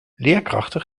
leerkrachten